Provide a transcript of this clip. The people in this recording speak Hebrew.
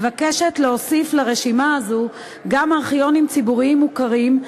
מבקשת להוסיף לרשימה הזו גם ארכיונים ציבוריים מוכרים,